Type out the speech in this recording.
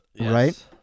Right